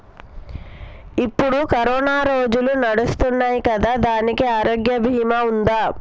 ఇప్పుడు కరోనా రోజులు నడుస్తున్నాయి కదా, దానికి ఆరోగ్య బీమా ఉందా?